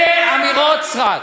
אלה אמירות סרק.